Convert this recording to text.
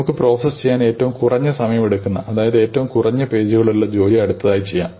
നമുക്ക് പ്രോസസ്സ് ചെയ്യാൻ ഏറ്റവും കുറഞ്ഞ സമയം എടുക്കുന്ന അതായത് ഏറ്റവും കുറഞ്ഞ പേജുകളുള്ള ജോലി അടുത്തതായി ചെയ്യാം